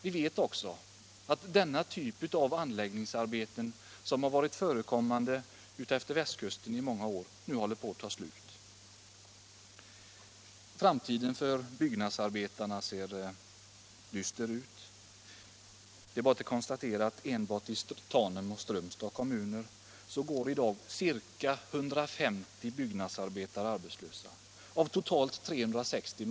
Vi vet också att den typ av anläggningsarbeten som förekommit utefter västkusten i många år nu håller på att ta slut. Framtiden för byggnadsarbetarna ser dyster ut. Det är bara att konstatera att enbart i Tanums och Strömstads kommuner går i dag ca 150 byggnadsarbetare arbetslösa av totalt 360.